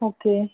okay